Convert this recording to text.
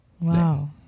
Wow